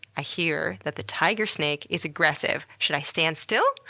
i hear that the tiger snake is aggressive. should i stand still?